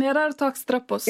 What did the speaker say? nėra ir toks trapus